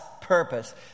purpose